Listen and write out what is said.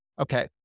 Okay